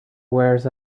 wears